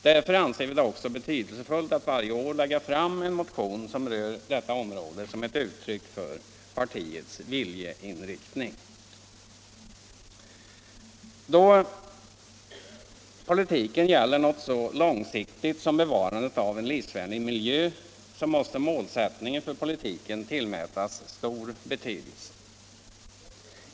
Därför anser vi det också betydelsefullt att varje år lägga fram en motion som rör detta område som ett uttryck för partiets viljeinriktning. Då politiken gäller något så långsiktigt som bevarandet av en livsvänlig miljö, måste målsättningen för politiken tillmätas stor betydelse.